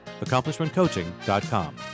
AccomplishmentCoaching.com